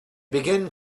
begin